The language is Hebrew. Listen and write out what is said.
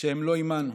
שהם לא עימנו,